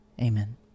Amen